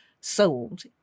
sold